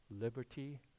liberty